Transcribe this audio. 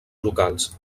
locals